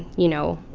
you know,